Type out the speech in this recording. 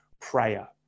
prayer